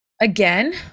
Again